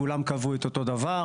כולם קבעו את אותו דבר,